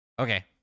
Okay